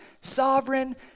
sovereign